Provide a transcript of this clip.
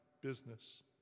business